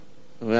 מאה אחוז.